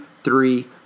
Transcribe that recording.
three